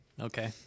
Okay